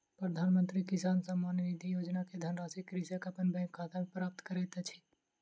प्रधानमंत्री किसान सम्मान निधि योजना के धनराशि कृषक अपन बैंक खाता में प्राप्त करैत अछि